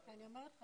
נקיים דיון על זה.